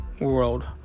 World